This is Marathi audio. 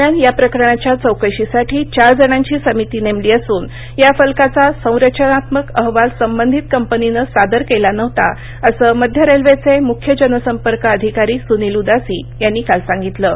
दरम्यान या प्रकरणाच्या चौकशीसाठी चार जणांची समिती नेमली असून या फलकाचा संरचनात्मक अहवाल संबंधीत कंपनीनं सादर केला नव्हता असं मध्य रेल्वेचे मुख्य जन संपर्क अधिकारी सूनील उदासी यांनी काल सांगितलं